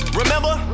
remember